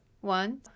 one